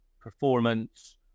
performance